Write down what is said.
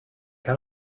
can